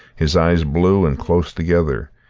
his eyes blue and close together,